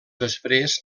després